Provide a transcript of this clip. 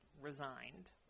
resigned